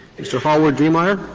mr. hallward-driemeier.